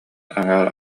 аҥаар